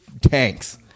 tanks